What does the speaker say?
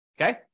Okay